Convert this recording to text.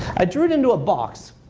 i drew it into a box.